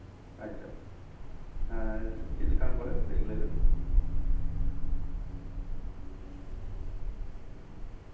ᱟᱪᱪᱷᱟ ᱟᱪᱪᱷᱟ ᱦᱮᱸ ᱪᱮᱫᱞᱮᱠᱟ ᱵᱚᱞᱮ ᱠᱟᱹᱴᱤᱡ ᱞᱟᱹᱭᱵᱮᱱ